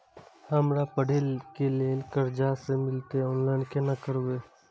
हमरा पढ़े के लेल कर्जा जे मिलते ऑनलाइन केना करबे?